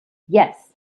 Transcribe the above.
yes